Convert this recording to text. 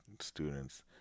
students